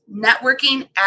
networking